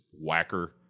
whacker